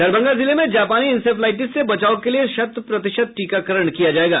दरभंगा जिले में जापानी इंसेफ्लाइटिस से बचाव के लिए शत प्रतिशत टीकाकरण किया जायेगा